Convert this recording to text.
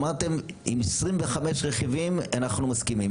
אמרתם שעם 25 אמרתם אנחנו מסכימים.